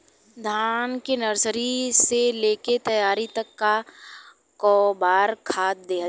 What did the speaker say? धान के नर्सरी से लेके तैयारी तक कौ बार खाद दहल जाला?